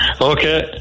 Okay